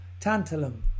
tantalum